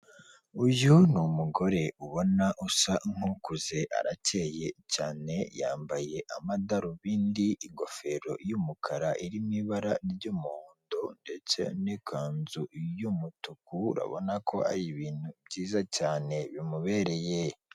Uyu ni umugore ubona usa nk'ukuze arakeye cyane yambaye amadarobindi ingofero y'umukara irimo ibara ry'umuhondo ndetse n'ikanzu y'umutuku urabona ko ari ibintu byiza cyane bimubereye.